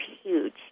huge